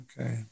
Okay